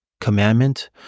commandment